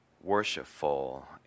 worshipful